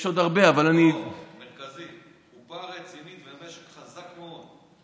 יש קופה רצינית במשק חזק מאוד.